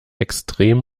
extrem